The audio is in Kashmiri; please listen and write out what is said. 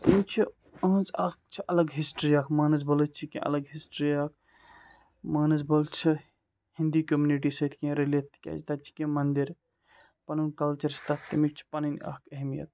تٔمۍ چھِ أہنٛز اکھ چھِ الگ ہسٹری اکھ مانس بلٕچ چھِ کینٛہہ الگ ہسٹری اکھ مانسبل چھِ ہِنٛدی کومنِٹی سۭتۍ کینٛہہ رلِتھ تِکیازِ تَتہِ چھِ کینٛہہ مَندِر پنُن کلچر چھِ تتھ تٔمِس چھِ پنٕنۍ اکھ اہمیت